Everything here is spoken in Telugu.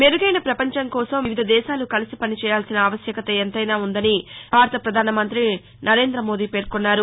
మెరుగైన ప్రపంచం కోసం వివిధ దేశాలు కలిసి పని చేయాల్సిన ఆవశ్యకత ఎంతైనా ఉందని భారత ప్రధానమంతి నరేంద్ర మోదీ పేర్కొన్నారు